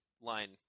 line